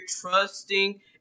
trusting